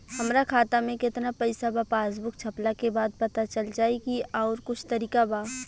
हमरा खाता में केतना पइसा बा पासबुक छपला के बाद पता चल जाई कि आउर कुछ तरिका बा?